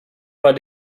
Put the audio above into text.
war